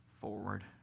forward